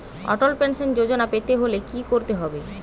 অটল pension Yojana পেতে হলে কি করতে হবে?